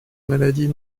maladies